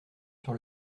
sur